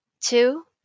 Two